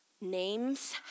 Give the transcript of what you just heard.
names